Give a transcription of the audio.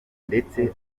ndetse